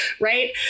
right